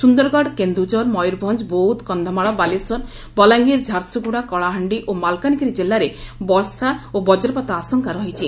ସୁଦରଗଡ଼ କେନ୍ଦୁଝର ମୟରଭଞ୍ଞ ବୌଦ୍ଧ କକ୍ଷମାଳ ବାଲେଶ୍ୱର ବଲାଙ୍ଗୀର ଝାରସୁଗୁଡ଼ା କଳାହାଣ୍ଡି ଓ ମାଲକାନଗିରି ଜିଲ୍ଲାରେ ବର୍ଷା ଓ ବଜ୍ରପାତ ଆଶଙ୍କା ରହିଛି